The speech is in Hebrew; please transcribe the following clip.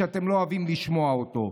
שאתם לא אוהבים לשמוע אותו,